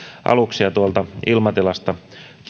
aluksia tuolta ilmatilasta